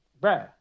bro